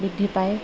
বৃদ্ধি পায়